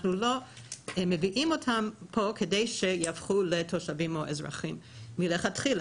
אנחנו לא מביאים אותם לפה כדי שהם יהפכו לתושבים או אזרחים מלכתחילה.